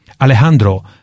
Alejandro